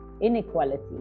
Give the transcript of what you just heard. inequality